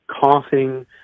coughing